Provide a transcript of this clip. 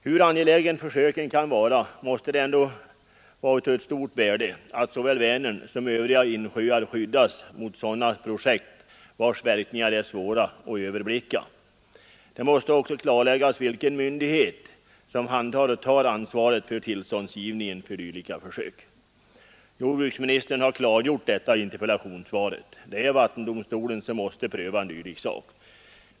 Hur angelägna försöken kan vara, måste det ändå vara av stort värde att såväl Vänern som övriga insjöar skyddas mot sådana projekt vars verkningar är svåra att överblicka. Det måste också klarläggas vilken myndighet som handhar och tar ansvaret för tillståndsgivningen för dylika försök. Jordbruksministern har klargjort detta i interpellationssvaret. Det är vattendomstolen som måste pröva ett dylikt ärende.